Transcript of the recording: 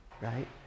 right